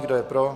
Kdo je pro?